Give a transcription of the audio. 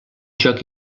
joc